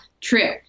true